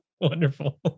Wonderful